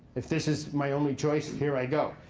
if this is my only choice, here i go.